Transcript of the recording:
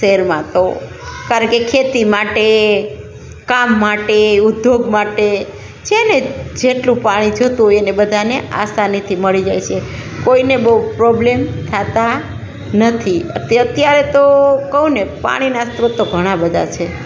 શહેરમાં તો કારણ કે ખેતી માટે કામ માટે ઉદ્યોગ માટે જેને જેટલું પાણી જોઈતું હોય એને બધાંને આસાનીથી મળી જાય છે કોઈને બહુ પ્રોબ્લેમ થતાં નથી અત્યારે તો કહુંને પાણીના સ્ત્રોત તો ઘણાં બધાં છે